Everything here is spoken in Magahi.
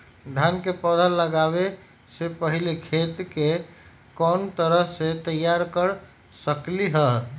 धान के पौधा लगाबे से पहिले खेत के कोन तरह से तैयार कर सकली ह?